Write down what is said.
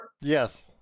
Yes